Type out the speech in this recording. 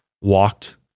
walked